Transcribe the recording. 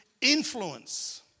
influence